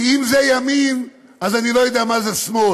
כי אם זה ימין אז אני לא יודע מה זה שמאל.